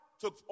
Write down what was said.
took